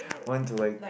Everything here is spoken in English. want to like